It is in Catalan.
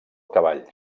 cavall